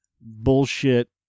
bullshit